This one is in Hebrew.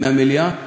מהמליאה,